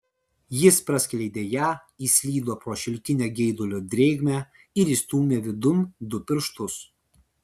jis praskleidė ją įslydo pro šilkinę geidulio drėgmę ir įstūmė vidun du pirštus